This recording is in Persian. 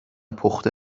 پخته